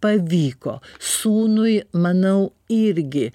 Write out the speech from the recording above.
pavyko sūnui manau irgi